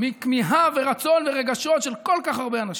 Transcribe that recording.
מכמיהה ורצון ורגשות של כל כך הרבה אנשים.